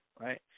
right